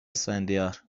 اسفندیار